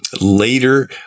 Later